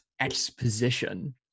exposition